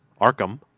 Arkham